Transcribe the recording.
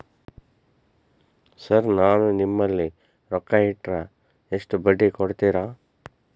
Sir ನಾನು ನಿಮ್ಮಲ್ಲಿ ರೊಕ್ಕ ಇಟ್ಟರ ಎಷ್ಟು ಬಡ್ಡಿ ಕೊಡುತೇರಾ?